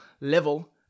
level